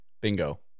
Bingo